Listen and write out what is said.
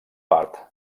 part